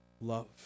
love